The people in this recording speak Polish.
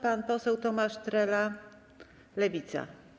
Pan poseł Tomasz Trela, Lewica.